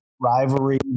rivalry